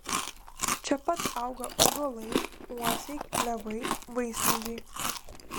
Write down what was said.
čia pat auga ąžuolai uosiai klevai vaismedžiai